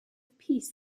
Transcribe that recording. peace